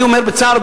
אני אומר בצער,